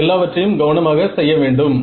நாம் எல்லாவற்றையும் கவனமாக செய்ய வேண்டும்